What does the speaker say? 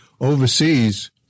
overseas